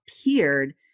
appeared